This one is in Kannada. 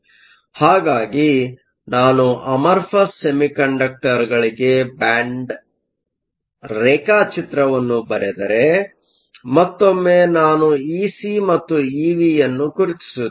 ಹಾಗಾಗಿ ನಾನು ಅಮರ್ಫಸ್ ಸೆಮಿಕಂಡಕ್ಟರ್Amorphous semiconductorಗಳಿಗೆ ಬ್ಯಾಂಡ್ ರೇಖಾಚಿತ್ರವನ್ನು ಬರೆದರೆ ಮತ್ತೊಮ್ಮೆ ನಾನು ಇಸಿ ಮತ್ತು ಇವಿ ಅನ್ನು ಗುರುತಿಸುತ್ತೇನೆ